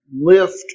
lift